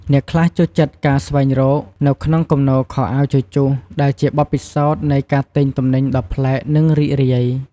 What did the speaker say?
អ្នកខ្លះចូលចិត្តការស្វែងរក នៅក្នុងគំនរខោអាវជជុះ ដែលជាបទពិសោធន៍នៃការទិញទំនិញដ៏ប្លែក និងរីករាយ។